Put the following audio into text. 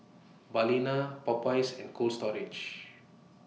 Balina Popeyes and Cold Storage